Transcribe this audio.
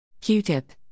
Q-Tip